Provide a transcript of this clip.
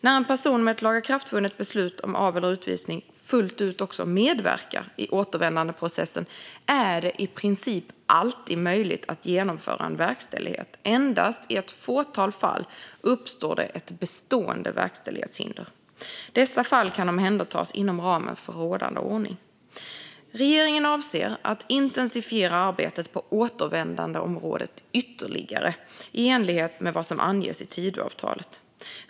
När en person med ett lagakraftvunnet beslut om av eller utvisning fullt ut medverkar i återvändandeprocessen är det i princip alltid möjligt att genomföra en verkställighet. Endast i ett fåtal fall uppstår det ett bestående verkställighetshinder. Dessa fall kan omhändertas inom ramen för rådande ordning. Regeringen avser att intensifiera arbetet på återvändandeområdet ytterligare i enlighet med vad som anges i Tidöavtalet.